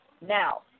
Now